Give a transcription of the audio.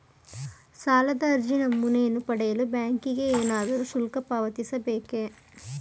ಸಾಲದ ಅರ್ಜಿ ನಮೂನೆ ಪಡೆಯಲು ಬ್ಯಾಂಕಿಗೆ ಏನಾದರೂ ಶುಲ್ಕ ಪಾವತಿಸಬೇಕೇ?